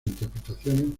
interpretaciones